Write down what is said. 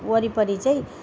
वरिपरि चाहिँ